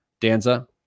Danza